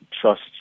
trust